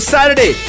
Saturday